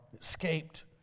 escaped